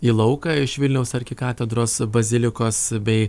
į lauką iš vilniaus arkikatedros bazilikos bei